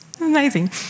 amazing